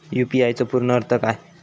UPI चो पूर्ण अर्थ काय?